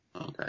Okay